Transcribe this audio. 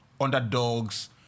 underdogs